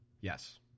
Yes